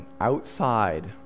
outside